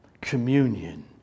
Communion